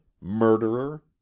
murderer